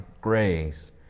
grace